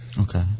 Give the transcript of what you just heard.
Okay